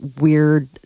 weird